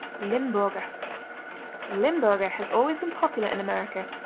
limburger limburger has always been popular in america,